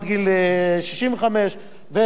וועדות מיוחדות.